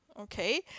okay